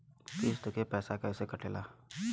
किस्त के पैसा कैसे कटेला?